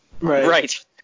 Right